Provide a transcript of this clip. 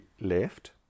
left